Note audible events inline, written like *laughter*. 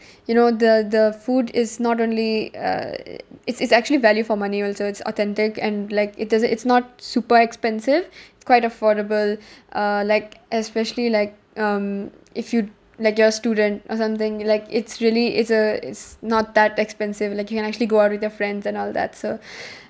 *breath* you know the the food is not only uh it's it's actually value for money also it's authentic and like it doesn't it's not super expensive *breath* it's quite affordable *breath* uh like especially like um if you'd like you're a student or something like it's really it's a it's not that expensive like you can actually go out with your friends and all that so *breath*